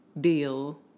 deal